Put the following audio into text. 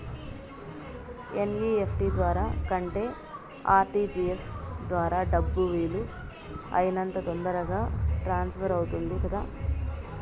NEFT ద్వారా కంటే RTGS ద్వారా డబ్బు వీలు అయినంత తొందరగా ట్రాన్స్ఫర్ అవుతుంది కదా